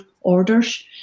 orders